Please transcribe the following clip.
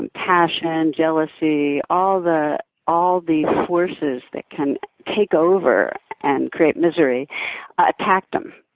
and passion, jealousy all the all the forces that can take over and create misery attacked him.